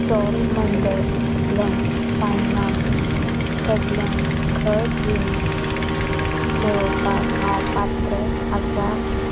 Cholamandalam finance कडल्यान घर रीण मेळोवपाक हांव पात्र आसा